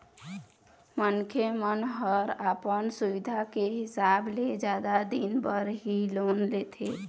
मनखे मन ह अपन सुबिधा के हिसाब ले जादा दिन बर ही लोन लेथे